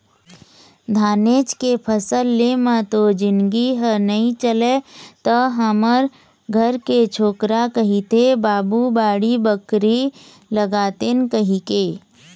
धानेच के फसल ले म तो जिनगी ह नइ चलय त हमर घर के छोकरा कहिथे बाबू बाड़ी बखरी लगातेन कहिके